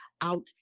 out